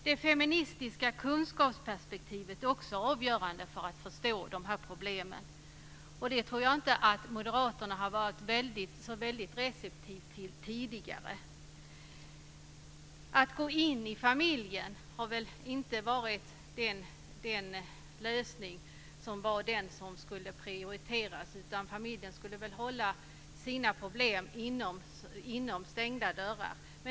Det feministiska kunskapsperspektivet är också avgörande för att man ska förstå de här problemen. Det tror jag inte att Moderaterna har varit så väldigt receptiva till tidigare. Att gå in i familjer har väl inte varit någon prioriterad lösning, utan familjen skulle hålla sina problem inom stängda dörrar.